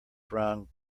brown